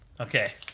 Okay